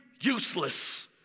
useless